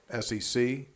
SEC